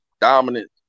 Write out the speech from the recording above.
dominant